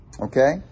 Okay